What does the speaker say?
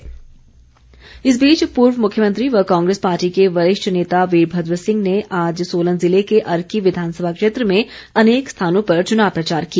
चुनाव प्रचार वीरभद्र इस बीच पूर्व मुख्यमंत्री व कांग्रेस पार्टी के वरिष्ठ नेता वीरभद्र सिंह ने आज सोलन जिले के अर्की विधानसभा क्षेत्र में अनेक स्थानों पर चुनाव प्रचार किया